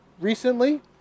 recently